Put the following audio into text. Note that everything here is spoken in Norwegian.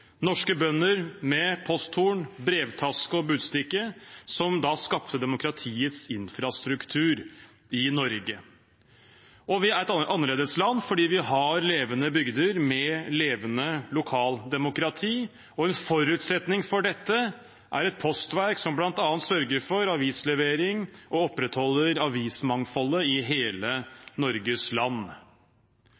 norske bønder, med posthorn, brevtaske og budstikke, som skapte demokratiets infrastruktur i Norge. Vi er et annerledesland fordi vi har levende bygder med levende lokaldemokrati. En forutsetning for dette er et postverk som bl.a. sørger for avislevering og som opprettholder avismangfoldet i hele